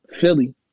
Philly